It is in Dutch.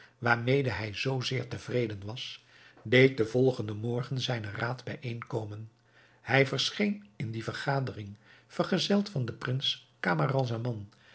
waarmede hij zoo zeer tevreden was deed den volgenden morgen zijnen raad bijeenkomen hij verscheen in die vergadering vergezeld van den prins